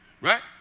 right